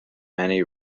many